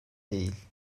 değil